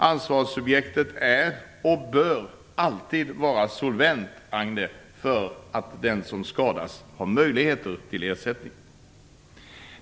Ansvarssubjektet är och bör alltid vara solvent, Agne Hansson, för att den som skadas skall ha möjlighet till ersättning.